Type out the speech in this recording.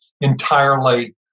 entirely